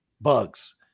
bugs